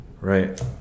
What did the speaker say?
right